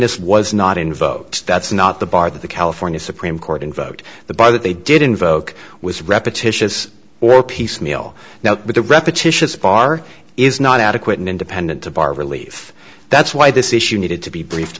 ss was not invoked that's not the bar that the california supreme court invoked the buy that they did invoke was repetitious or piecemeal now but the repetitious bar is not adequate and independent to bar relief that's why this issue needed to be brief